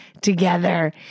together